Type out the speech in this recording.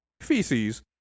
feces